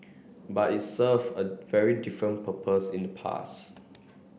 but it serve a very different purpose in the past